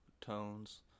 tones